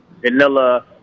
vanilla –